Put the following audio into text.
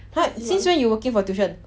!huh! since when you working for tuition